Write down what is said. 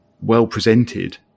well-presented